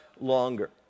longer